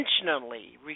intentionally